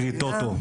קרי טוטו,